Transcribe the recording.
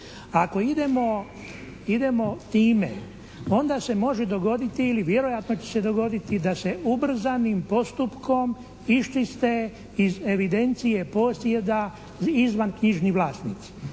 Ako idemo time onda se može dogoditi ili vjerojatno će se dogoditi da se ubrzanim postupkom iščiste iz evidencije posjeda izvanknjižni vlasnici.